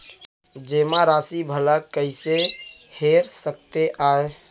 जेमा राशि भला कइसे हेर सकते आय?